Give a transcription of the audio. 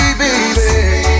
baby